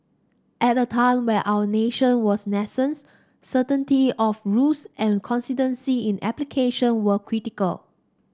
at a time where our nation was nascent certainty of rules and consistency in application were critical